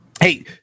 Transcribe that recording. Hey